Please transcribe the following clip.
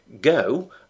go